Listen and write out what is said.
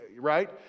right